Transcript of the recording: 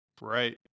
Right